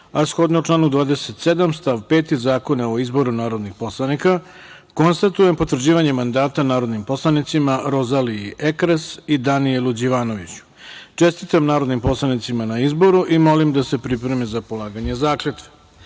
a shodno članu 27. stav 5. Zakona o izboru narodnih poslanika, konstatujem potvrđivanje mandata narodnim poslanicima Rozaliji Ekres i Danijelu Đivanoviću. Čestitam narodnim poslanicima na izboru i molim da se pripreme za polaganje zakletve. Poštovani